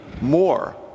more